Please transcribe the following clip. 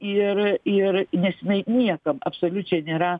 ir ir nes jinai niekam absoliučiai nėra